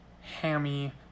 hammy